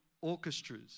orchestras